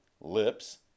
lips